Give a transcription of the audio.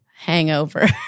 hangover